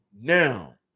Now